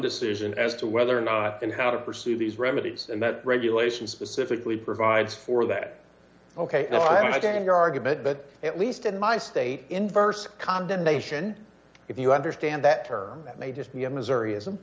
decision as to whether or not and how to pursue these remedies and that regulation specifically provides for that ok now i get your argument but at least in my state in verse condemnation if you understand that term that may just be a missouri ism